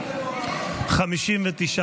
84 נתקבלו.